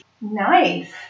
Nice